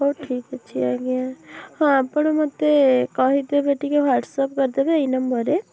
ହଉ ଠିକ୍ ଅଛି ଆଜ୍ଞା ହଁ ଆପଣ ମୋତେ କହିଦେବେ ଟିକେ ହ୍ଵାଟସ୍ଅପ୍ କରିଦେବେ ଏଇ ନମ୍ବର୍ରେ